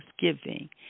thanksgiving